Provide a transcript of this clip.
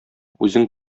үзең